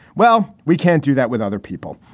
well, we can't do that with other people.